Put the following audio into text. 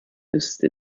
wüsste